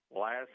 last